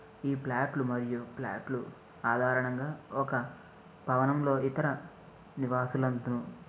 ఈ ఫ్లాట్లు మరియు ఫ్లాట్లు ఆధారంగా ఒక భవనంలో ఇతర నివాసులు అంతా